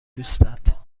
دوستت